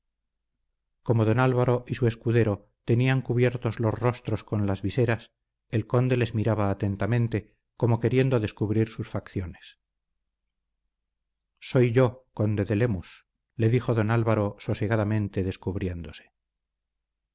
como don álvaro y su escudero tenían cubiertos los rostros con las viseras el conde les miraba atentamente como queriendo descubrir sus facciones soy yo conde de lemus le dijo don álvaro sosegadamente descubriéndose